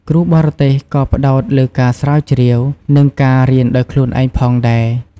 គ្រូបរទេសក៏ផ្តោតលើការស្រាវជ្រាវ និងការរៀនដោយខ្លួនឯងផងដែរ។